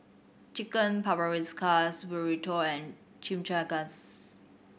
Chicken Paprikas Burrito and Chimichangas